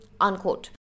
unquote